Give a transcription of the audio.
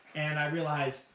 and i realized,